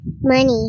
money